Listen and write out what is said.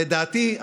לדעתי,